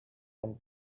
and